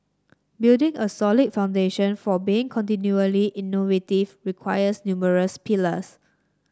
building a solid foundation for being continually innovative requires numerous pillars